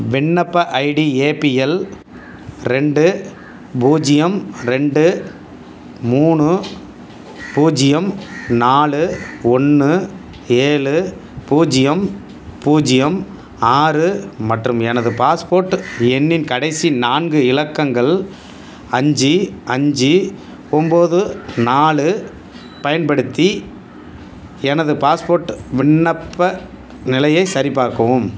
விண்ணப்ப ID APL ரெண்டு பூஜ்ஜியம் ரெண்டு மூணு பூஜ்ஜியம் நாலு ஒன்று ஏழு பூஜ்ஜியம் பூஜ்ஜியம் ஆறு மற்றும் எனது பாஸ்போர்ட் எண்ணின் கடைசி நான்கு இலக்கங்கள் அஞ்சு அஞ்சு ஒம்பது நாலுப் பயன்படுத்தி எனது பாஸ்போர்ட் விண்ணப்ப நிலையைச் சரிபார்க்கவும்